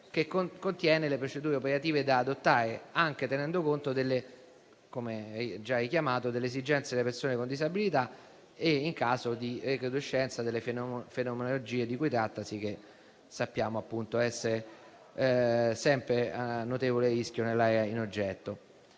che contiene le procedure operative da adottare, anche tenendo conto - come già richiamato - delle esigenze delle persone con disabilità e, in caso, della recrudescenza delle fenomenologie di cui trattasi, che sappiamo essere sempre a notevole rischio nell'area in oggetto.